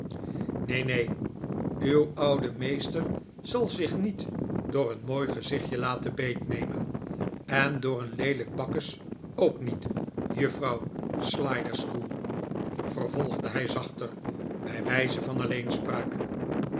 verdienen herneen uw oude meester zal zich niet door een mooi gezichtje laten beetnemen en door een leelijk bakkes ook niet juffrouw sliderskew vervolgde hij zachter bij wijze van